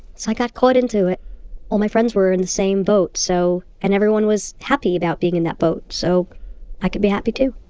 so i got caught into it. and all my friends were in the same boat so, and everyone was happy about being in that boat so i could be happy too.